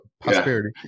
prosperity